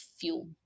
fuel